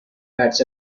facts